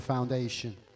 foundation